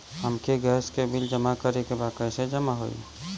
हमके गैस के बिल जमा करे के बा कैसे जमा होई?